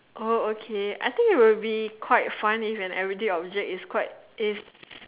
oh okay I think would be quite fun if everyday object is